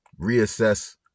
reassess